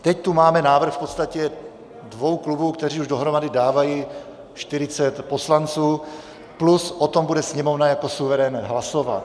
Teď tu máme návrh v podstatě dvou klubů, které už dohromady dávají 40 poslanců, plus o tom bude Sněmovna jako suverén hlasovat.